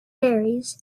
varies